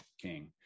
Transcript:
king